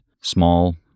small